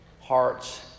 hearts